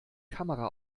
kamera